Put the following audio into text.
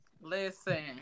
Listen